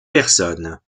personne